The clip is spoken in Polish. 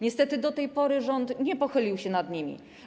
Niestety do tej pory rząd nie pochylił się nad nimi.